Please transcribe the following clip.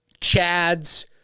Chads